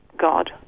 God